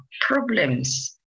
problems